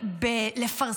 אז בהפיכה הזו,